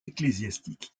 ecclésiastique